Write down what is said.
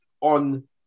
on